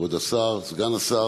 אני מתכבד להזמין את סגן שר